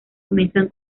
comienzan